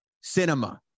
Cinema